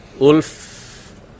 Ulf